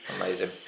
Amazing